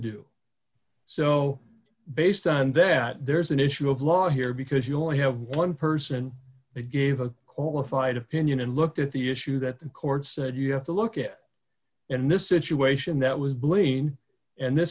do so based on that there's an issue of law here because you only have one person that gave a qualified opinion and looked at the issue that the court said you have to look at in this situation that was blaine and this